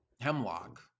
Hemlock